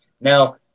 Now